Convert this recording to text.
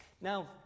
Now